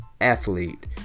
athlete